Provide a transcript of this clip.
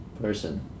person